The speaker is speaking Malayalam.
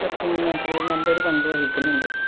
ട്രക്കിങ് മേഖലയിൽ നല്ലൊരു പങ്ക് വഹിക്കുന്നുണ്ട്